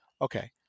okay